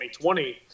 2020